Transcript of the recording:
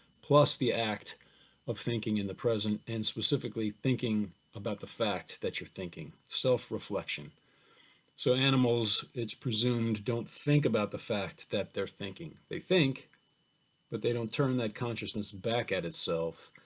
plus the act of thinking in the present and specifically thinking about the fact that you're thinking, self-reflection. so animals, it's presumed, don't think about the fact that they're thinking, they think but they don't turn that consciousness back at itself,